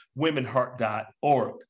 womenheart.org